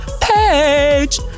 page